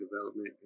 development